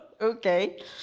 okay